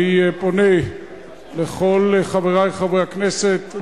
אני פונה לכל חברי חברי הכנסת,